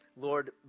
Lord